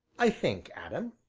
i think, adam,